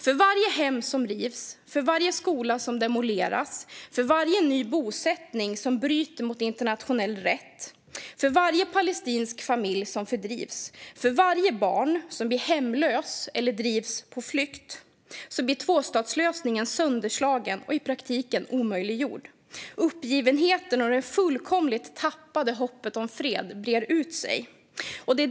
För varje hem som rivs, för varje skola som demoleras, för varje ny bosättning som bryter mot internationell rätt, för varje palestinsk familj som fördrivs och för varje barn som blir hemlöst eller drivs på flykt blir tvåstatslösningen sönderslagen och i praktiken omöjliggjord. Uppgivenheten och det fullkomligt tappade hoppet om fred breder ut sig.